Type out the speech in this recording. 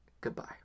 Goodbye